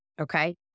Okay